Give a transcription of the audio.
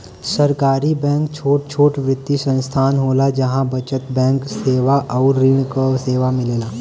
सहकारी बैंक छोट छोट वित्तीय संस्थान होला जहा बचत बैंक सेवा आउर ऋण क सेवा मिलेला